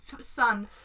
son